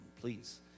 please